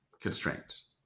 constraints